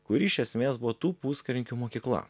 kuri iš esmės buvo tų puskarininkių mokykla